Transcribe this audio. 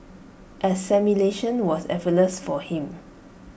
assimilation was effortless for him